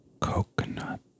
Coconut